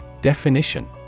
DEFINITION